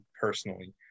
personally